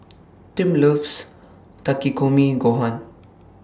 Tim loves Takikomi Gohan